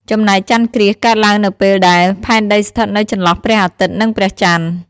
ចំណែកចន្ទគ្រាសកើតឡើងនៅពេលដែល ផែនដីស្ថិតនៅចន្លោះព្រះអាទិត្យ និងព្រះចន្ទ ។